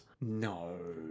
No